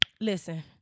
Listen